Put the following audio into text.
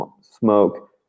smoke